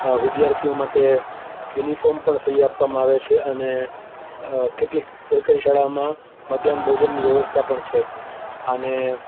વિદ્યાર્થીઓ માટે યુનિફોમ પણ ફ્રી આપવામાં આવે છે અને કેટલીક સરકારી શાળાઓમાં મધ્યાન ભોજનની વ્યવસ્થા પણ છે અને